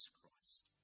Christ